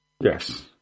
yes